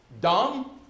dumb